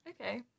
Okay